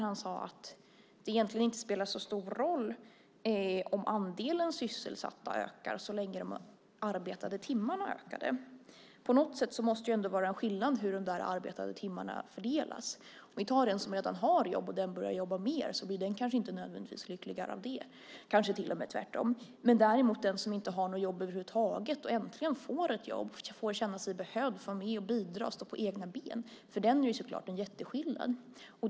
Han sade att det egentligen inte spelar så stor roll om andelen sysselsatta ökar så länge de arbetade timmarna ökar. På något sätt måste det ändå vara en skillnad i hur de arbetade timmarna fördelas. Om vi tar en person som redan har ett jobb och börjar jobba mer blir den inte nödvändigtvis lyckligare av det utan kanske tvärtom. Det gäller däremot för den person som inte har något jobb över huvud taget och äntligen får ett jobb. Den får känna sig behövd, bidra och stå på egna ben. För den personen är det en jätteskillnad.